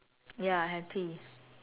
ya have three